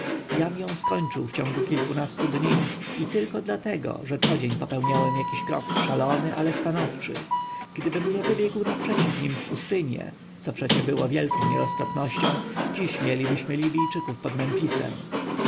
ją skończył w ciągu kilkunastu dni i tylko dlatego że codzień popełniałem jakiś krok szalony ale stanowczy gdybym nie wybiegł naprzeciw nim w pustynię co przecież było wielką nieroztropnością dziś mielibyśmy libijczyków pod memfisem